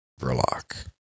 Verloc